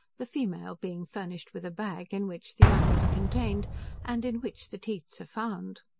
the female being furnished with a bag, in which the young is contained and in which the teats are found.